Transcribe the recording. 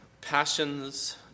Passions